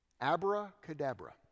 Abracadabra